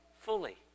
fully